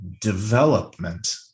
development